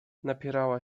napierała